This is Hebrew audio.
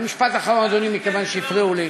ומשפט אחרון, אדוני, מכיוון שהפריעו לי: